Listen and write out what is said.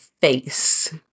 face